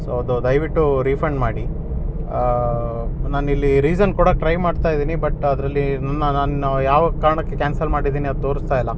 so ಅದು ದಯವಿಟ್ಟು refund ಮಾಡಿ ನಾನಿಲ್ಲಿ ರೀಸನ್ ಕೊಡಕ್ಕೆ ಟ್ರೈ ಮಾಡ್ತಾ ಇದ್ದೀನಿ ಬಟ್ ಅದರಲ್ಲಿ ನನ್ನ ನನ್ನ ಯಾವ ಕಾರಣಕ್ಕೆ ಕ್ಯಾನ್ಸಲ್ ಮಾಡಿದ್ದೀನಿ ಅದು ತೋರಿಸ್ತ ಇಲ್ಲ